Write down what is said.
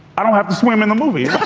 i don't have to swim in the movie